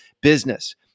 business